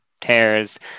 tears